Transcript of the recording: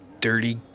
dirty